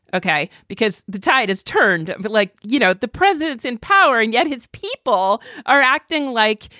ok? because the tide has turned. but like, you know, the president's in power and yet his people are acting like,